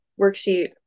worksheet